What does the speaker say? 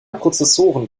prozessoren